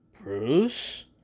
Bruce